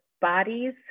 bodies